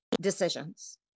decisions